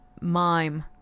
mime